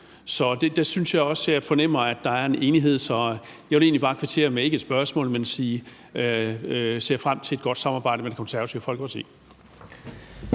Så der synes jeg også, jeg fornemmer, at der er en enighed. Så jeg vil egentlig bare kvittere, ikke med et spørgsmål, men med at sige: Vi ser frem til et godt samarbejde med Det Konservative Folkeparti.